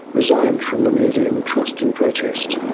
resigned from the museum and trust in protest.